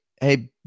hey